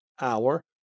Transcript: hour